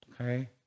okay